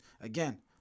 Again